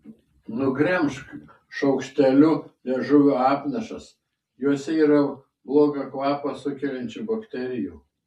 nugremžk šaukšteliu liežuvio apnašas jose yra blogą kvapą sukeliančių bakterijų